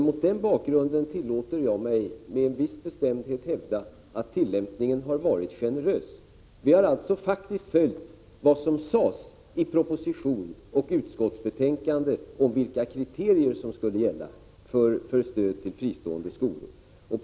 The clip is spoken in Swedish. Mot den bakgrunden tillåter jag mig att med en viss bestämdhet hävda att tillämpningen har varit generös. Vi har alltså följt vad som sades i proposition och utskottsbetänkande om vilka kriterier som skulle gälla för stöd till fristående skolor.